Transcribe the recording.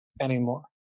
anymore